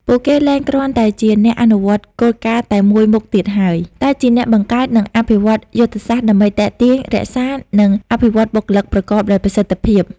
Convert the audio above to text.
ពួកគេលែងគ្រាន់តែជាអ្នកអនុវត្តគោលការណ៍តែមួយមុខទៀតហើយ តែជាអ្នកបង្កើត និងអភិវឌ្ឍយុទ្ធសាស្ត្រដើម្បីទាក់ទាញ រក្សា និងអភិវឌ្ឍបុគ្គលិកប្រកបដោយប្រសិទ្ធភាព។